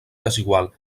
desigual